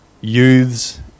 youths